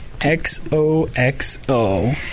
X-O-X-O